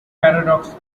paradox